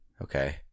Okay